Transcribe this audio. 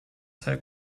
sale